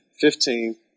fifteen